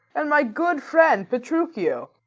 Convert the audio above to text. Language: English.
and my good friend petruchio!